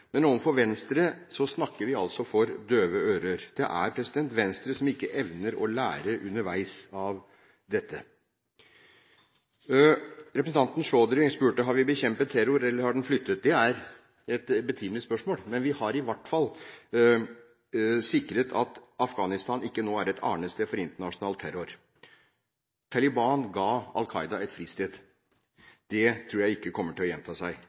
men overfor Venstre snakker vi altså for døve ører. Det er Venstre som ikke evner å lære underveis av dette. Representanten Chaudhry spurte om vi hadde bekjempet terroren, eller om den har flyttet på seg. Det er et betimelig spørsmål, men vi har i hvert fall sikret at Afghanistan nå ikke er et arnested for internasjonal terror. Taliban ga Al Qaida et fristed. Det tror jeg ikke kommer til å gjenta seg,